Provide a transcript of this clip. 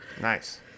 Nice